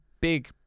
big-